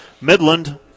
Midland